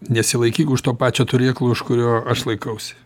nesilaikyk už to pačio turėklo iš kurio aš laikausi